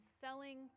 selling